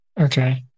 Okay